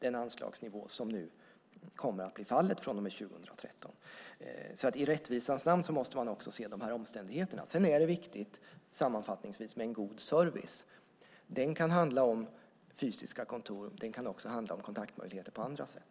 Den anslagsnivå som kommer att gälla från och med 2013 är alltså ingen nyhet. I rättvisans namn måste vi också se dessa omständigheter. Sammanfattningsvis är det viktigt med en god service. Den kan handla om fysiska kontor. Den kan också handla om kontaktmöjligheter på andra sätt.